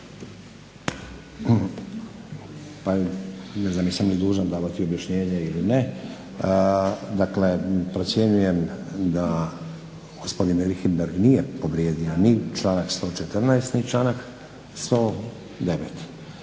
Ne znam jesam li dužan davati objašnjenje ili ne? Dakle, procjenjujem da gospodin Richembergh nije povrijedio ni članak 114. ni članak 109.